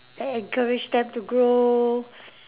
and encourage them to grow